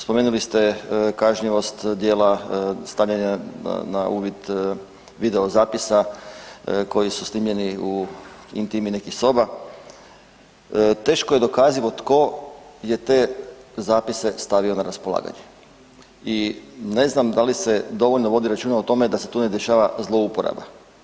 Spomenuli ste kažnjivost djela stavljanja na uvid videozapisa koji su snimljeni u intimi nekih soba, teško je dokazivo tko je te zapise stavio na raspolaganje i ne znam da li se dovoljno vodi računa o tome da se tu ne dešava zlouporaba.